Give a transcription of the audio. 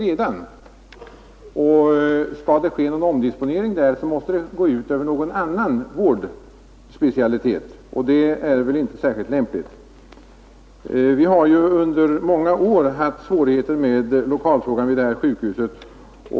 Om det skall ske någon omdisponering där måste den gå ut över någon annan vårdspecialitet, och det är väl inte särskilt lämpligt. Vi har under många år haft svårigheter med lokalfrågan vid sjukhuset.